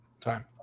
time